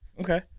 Okay